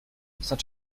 such